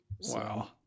Wow